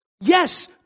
Yes